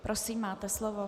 Prosím, máte slovo.